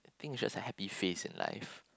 think is just a happy phase in life